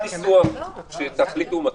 כל ניסוח שתחליטו הוא מתאים.